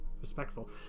respectful